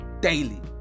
daily